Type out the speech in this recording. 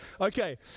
Okay